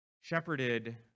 shepherded